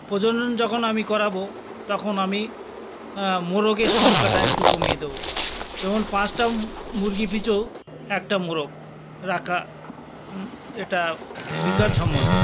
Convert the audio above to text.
প্রজনন যখন আমি করাব তখন আমি মোরগের সংখ্যাটা একটু কমিয়ে দেবো যেমন পাঁচটা মুরগি পিছু একটা মোরগ রাখা এটা বিজ্ঞানসম্মত